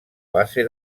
base